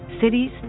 cities